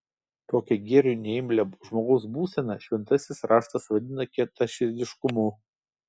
tokią gėriui neimlią žmogaus būseną šventasis raštas vadina kietaširdiškumu